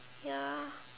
ya